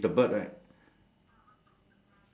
the sign towards north north beach